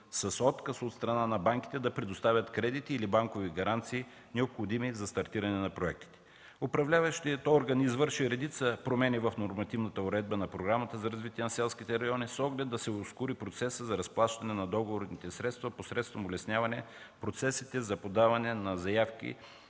с отказ от страна на банките да предоставят кредити или банкови гаранции, необходими за стартиране на проектите. Управляващият орган извърши редица промени в нормативната уредба на Програмата за развитие на селските райони, с оглед да се ускори процесът за разплащане на договорните средства, посредством улесняване процесите за подаване на заявки